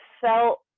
felt